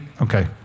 okay